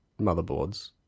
motherboards